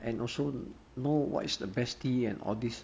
and also know what is the best tea and all these